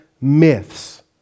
myths